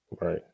Right